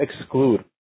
exclude